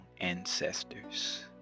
ancestors